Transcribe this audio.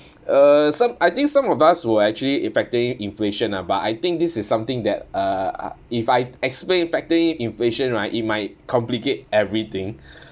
uh some I think some of us will actually factor in inflation lah but I think this is something that uh uh if I explain factor in inflation right it might complicate everything